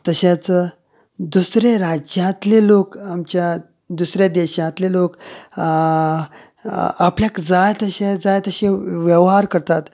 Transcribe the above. तशेंच दुसरे राज्यातले लोक आमच्या दुसरे देशांतले लोक आपल्याक जाय तशे जाय तशें जाय तशे वेव्हार करतात